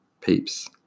peeps